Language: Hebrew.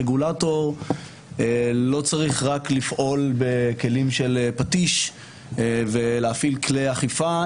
רגולטור לא צריך רק לפעול בכלים של פטיש ולהפעיל כלי אכיפה.